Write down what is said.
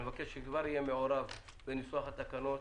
אני מבקש שהוא כבר יהיה מעורב בניסוח התקנות